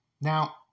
Now